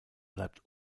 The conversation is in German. bleibt